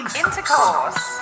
intercourse